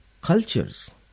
cultures